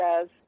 says